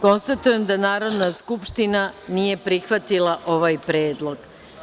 Konstatujem da Narodna skupština nije prihvatila ovaj predlog.